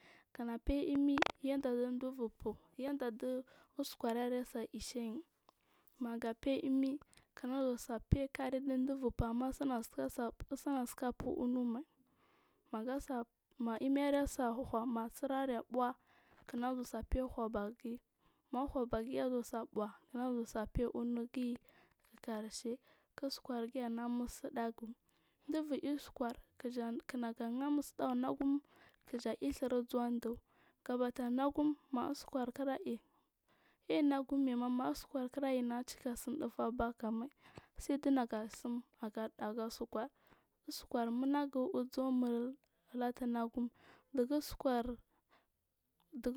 Kinafeiy imi yanda dudubur fuuh yada duu uskura ase ishain magafeiy imi kindazufe kari dub ur fuuh waska nasika fuuh umu mai magasa ma imir asai huuh ma sirari abuuh gasaife uhu bagiyi ma uhubage asai buuh kinazuwa feiy unugiyi karshe kik uskurgi anamunagu dubu ir, uskur kiknajana musudagu kiya iri dhur uzam duu nagu ma uskur kira’i ainagumaima ma us kur kira’i nagacika sumdufu bakamai saiduna sim aga us kur uskur munagu uzumur latun nagum.